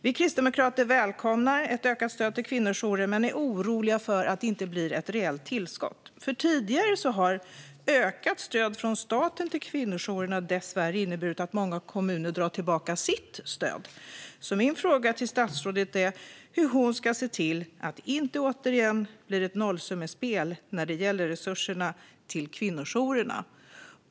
Vi kristdemokrater välkomnar ett ökat stöd till kvinnojourer men är oroliga för att det inte blir ett reellt tillskott. Tidigare har nämligen ökat stöd från staten till kvinnojourerna dessvärre inneburit att många kommuner drar tillbaka sitt stöd. Min fråga till statsrådet är hur hon ska se till att det inte återigen blir ett nollsummespel när det gäller resurserna till kvinnojourerna.